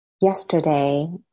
yesterday